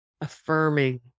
affirming